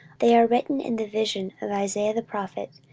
they are written in the vision of isaiah the prophet,